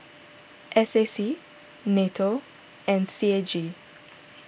S A C Nato and C A G